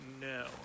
no